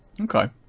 okay